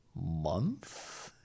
month